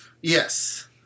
Yes